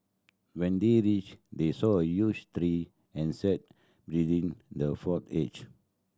when they reached they saw a huge tree and sat within the for age